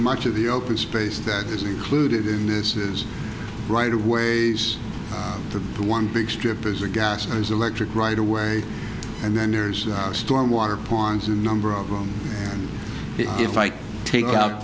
much of the open space that is included in this is right of ways to do one big strip as a gas and electric right away and then there's storm water ponds a number of them and if i take out